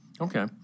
Okay